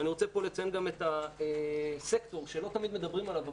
אני רוצה פה לציין גם את הסקטור שלא תמיד מדברים עליו,